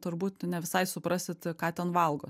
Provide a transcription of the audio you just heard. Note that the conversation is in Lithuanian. turbūt ne visai suprasit ką ten valgot